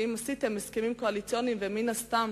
ואם עשיתם הסכמים קואליציוניים ומן הסתם